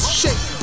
shake